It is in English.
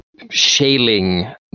shaling